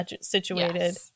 situated